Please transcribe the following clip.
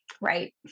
right